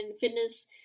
fitness